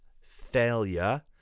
failure